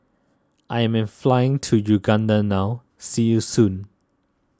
I am flying to Uganda now see you soon